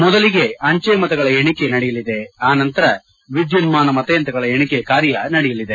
ಮೊದಲಿಗೆ ಅಂಚೆ ಮತಗಳ ಎಣಿಕೆ ನಡೆಯಲಿದೆ ಆನಂತರ ವಿದ್ಯುನ್ಮಾನ ಮತ ಯಂತ್ರಗಳ ಎಣಿಕೆ ಕಾರ್ಯ ನಡೆಯಲಿದೆ